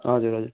हजुर हजुर